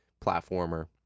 platformer